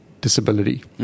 disability